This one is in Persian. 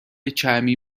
چرمی